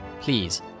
Please